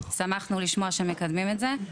שמחנו לשמוע שמקדמים את זה.